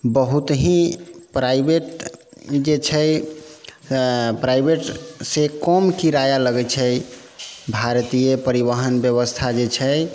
बहुत ही प्राइवेट जे छै अऽ प्राइवेटसँ कम किराया लगै छै भारतीय परिवहन व्यवस्था जे छै